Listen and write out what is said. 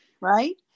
right